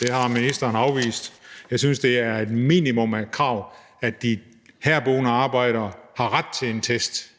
Det har ministeren afvist. Jeg synes, det er et minimum af et krav, at de herboende arbejdere har ret til en test